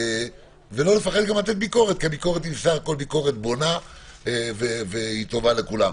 ולא לפחד גם להעביר ביקורת כי זאת בסך הכול ביקורת בונה וטובה לכולם.